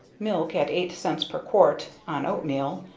milk at eight cents per quart, on oatmeal,